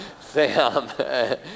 Sam